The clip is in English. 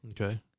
Okay